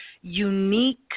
unique